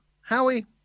Howie